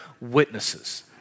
witnesses